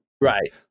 Right